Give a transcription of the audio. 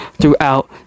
throughout